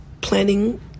planning